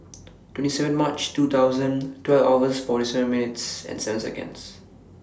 twenty seven March two thousand twelve hours forty seven minutes and seven Seconds